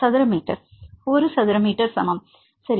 மாணவர் சதுர metre l சதுர மீட்டர் சமம் சரி